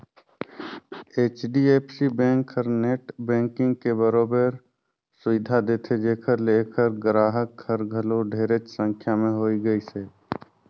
HDFC bank हर net banking के बरोबर सुबिधा देथे जेखर ले ऐखर गराहक हर घलो ढेरेच संख्या में होए गइसे